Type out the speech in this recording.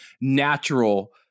natural